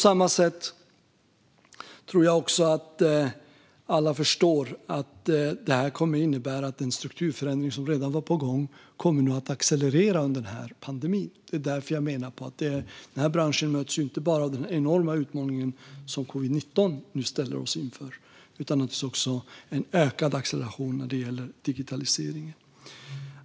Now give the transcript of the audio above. Jag tror också att alla förstår att detta innebär att den strukturförändring som redan var på gång kommer att accelerera under pandemin. Den här branschen ställs ju inte bara inför den enorma utmaning som covid-19 innebär utan också inför en ökad acceleration av digitaliseringen.